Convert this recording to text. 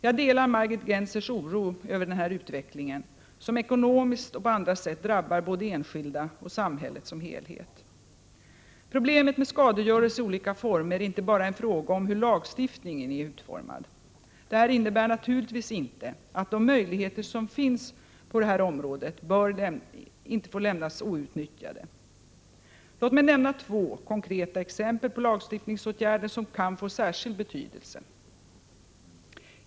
Jag delar Margit SI —— Gennsers oro över denna utveckling som ekonomiskt och på andra sätt drabbar både enskilda och samhället som helhet. Problemet med skadegörelse i olika former är inte bara en fråga om hur lagstiftningen är utformad. Detta innebär naturligtvis inte att de möjligheter som finns på detta område bör lämnas outnyttjade. Låt mig nämna två konkreta exempel på lagstiftningsåtgärder som kan få särskild betydelse.